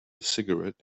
cigarette